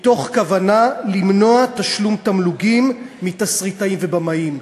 מתוך כוונה למנוע תשלום תמלוגים מתסריטאים ובמאים.